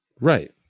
Right